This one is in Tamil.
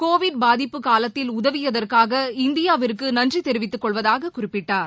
கோவிட் பாதிப்பு காலத்தில் உதவியதறகாக இந்தியாவிற்குநன்றிதெரிவித்துக்கொள்வதாககுறிப்பிட்டார்